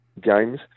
games